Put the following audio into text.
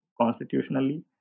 constitutionally